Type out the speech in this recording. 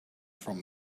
from